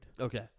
Okay